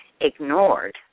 ignored